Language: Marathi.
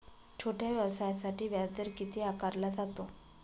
छोट्या व्यवसायासाठी व्याजदर किती आकारला जातो?